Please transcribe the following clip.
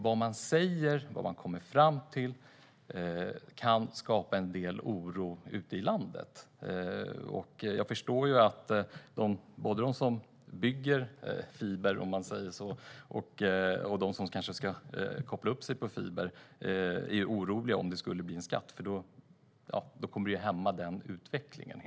Vad det säger och kommer fram till kan skapa en del oro ute i landet. Jag förstår att de som bygger fiber, om man säger så, och de som kanske ska koppla upp sig på fiber är oroliga om det skulle bli en skatt. Det kommer helt enkelt att hämma utvecklingen.